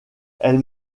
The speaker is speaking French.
elle